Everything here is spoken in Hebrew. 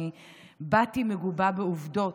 אני באתי מגובה בעובדות,